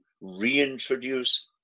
reintroduce